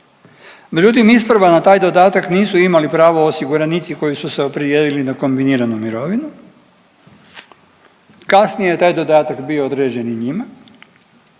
Međutim iz prva na taj dodatak nisu imali pravo osiguranici koji su se opredijelili na kombiniranu mirovinu. Kasnije je taj dodatak bio određen i njima.